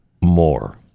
more